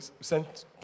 sent